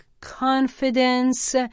confidence